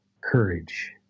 courage